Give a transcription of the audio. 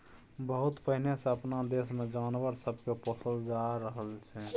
बहुत पहिने सँ अपना देश मे जानवर सब के पोसल जा रहल छै